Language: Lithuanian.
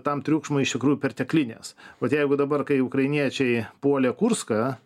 tam triukšmui iš tikrųjų perteklinės vat jeigu dabar kai ukrainiečiai puolė kurską